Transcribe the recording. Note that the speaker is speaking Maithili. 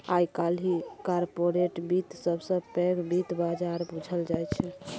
आइ काल्हि कारपोरेट बित्त सबसँ पैघ बित्त बजार बुझल जाइ छै